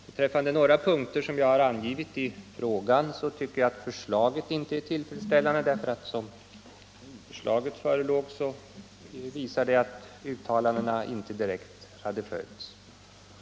Beträffande några punkter som jag har angivit i frågan tycker jag att förslaget inte är tillfredsställande, eftersom riksdagens uttalanden inte har följts.